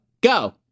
Go